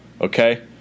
Okay